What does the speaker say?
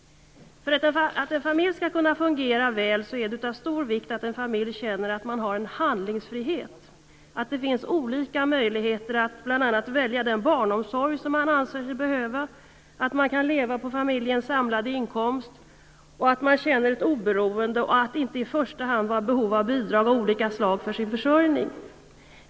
För att en familj skall kunna fungera väl är det av stor vikt att den känner att den har en handlingsfrihet, att det finns olika möjligheter bl.a. att välja den barnomsorg som man anser sig behöva, att man kan leva på familjens samlade inkomst, att man känner ett oberoende och inte i första hand har ett behov av bidrag av olika slag för sin försörjning.